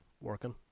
working